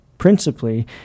principally